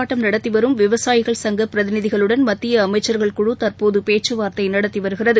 போராட்டம் நடத்திவரும் சங்கபிரதிநிதிகளுடன் மத்தியஅமைச்சர்கள் குழு தற்போதுபேச்சுவார்த்தைநடத்திவருகிறது